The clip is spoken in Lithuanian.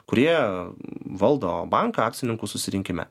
kurie valdo banką akcininkų susirinkime